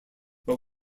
but